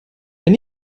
wenn